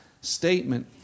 statement